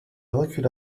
recula